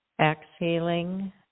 exhaling